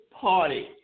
party